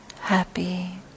happy